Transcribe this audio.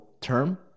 term